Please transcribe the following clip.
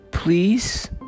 please